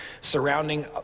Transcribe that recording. surrounding